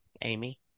Amy